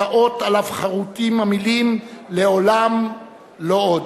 את האות שעליו חרותות המלים "לעולם לא עוד".